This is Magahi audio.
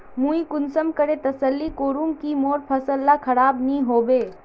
मुई कुंसम करे तसल्ली करूम की मोर फसल ला खराब नी होबे?